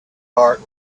heart